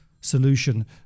solution